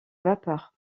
vapeur